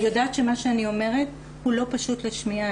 אני יודעת שמה שאני אומרת הוא לא פשוט לשמיעה,